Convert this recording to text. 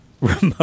remote